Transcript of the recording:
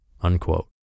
unquote